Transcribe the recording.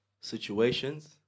situations